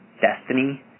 destiny